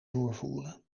doorvoeren